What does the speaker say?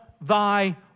thy